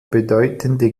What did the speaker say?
bedeutende